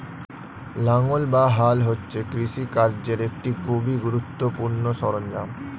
লাঙ্গল বা হাল হচ্ছে কৃষিকার্যের একটি খুবই গুরুত্বপূর্ণ সরঞ্জাম